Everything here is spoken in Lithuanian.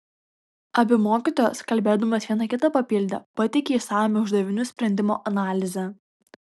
abi mokytojos kalbėdamos viena kitą papildė pateikė išsamią uždavinių sprendimo analizę